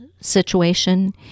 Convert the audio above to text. situation